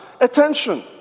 attention